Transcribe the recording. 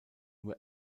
nur